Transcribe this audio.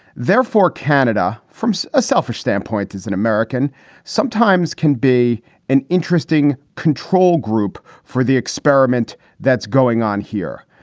therefore, canada, from a selfish standpoint, is an american sometimes can be an interesting control group for the experiment that's going on here.